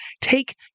take